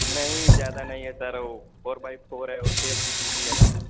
नहीं ज़्यादा नहीं है सर वो फोर बाई फोर है वो तेल भी पीती है न